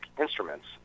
instruments